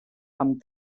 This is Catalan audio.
amb